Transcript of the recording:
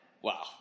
Wow